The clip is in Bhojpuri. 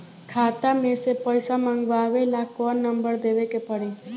खाता मे से पईसा मँगवावे ला कौन नंबर देवे के पड़ी?